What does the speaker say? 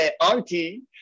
auntie